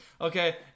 Okay